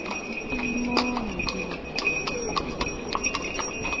U titimou. man pile tala teron pile lani lam.